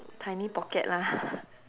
tiny pocket lah